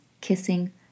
kissing